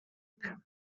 when